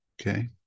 okay